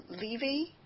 Levy